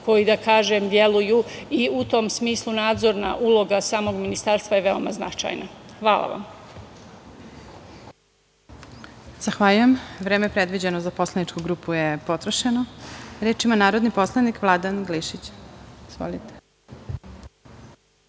koji deluju i utom smislu nadzorna uloga samog ministarstva je veoma značajna. Hvala vam. **Elvira Kovač** Zahvaljujem. Vreme predviđeno za poslaničku grupu je potrošeno. Reč ima narodni poslanik Vladan Glišić. **Vladan